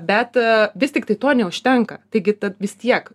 bet vis tiktai to neužtenka taigi vis tiek